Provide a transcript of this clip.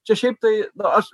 čia šiaip tai aš